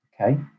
Okay